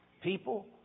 People